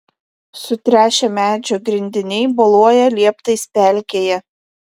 sutręšę medžio grindiniai boluoja lieptais pelkėje